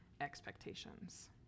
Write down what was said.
expectations